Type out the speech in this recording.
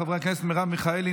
חברי הכנסת מרב מיכאלי,